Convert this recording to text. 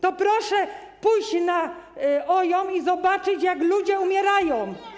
To proszę pójść na OIOM i zobaczyć, jak ludzie umierają.